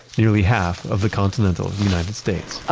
nearly half of the continental united states